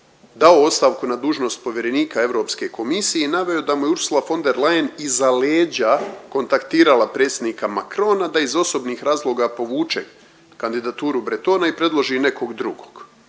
dao ostavku na dužnost povjerenika Europske komisije i naveo da mu je Ursula von der Leyen iza leđa kontaktirala predsjednika Macrona da iz osobnih razloga povuče kandidaturu Bretona i predloži nekog drugog.